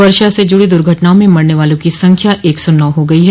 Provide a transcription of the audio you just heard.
वर्षा से जुड़ी दुर्घटनाओं में मरने वालों की संख्या एक सौ नौ हो गई है